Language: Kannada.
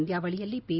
ಪಂದ್ಯಾವಳಿಯಲ್ಲಿ ಪಿ